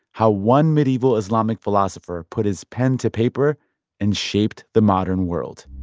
how one medieval islamic philosopher put his pen to paper and shaped the modern world